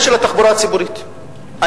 התחבורה הציבורית,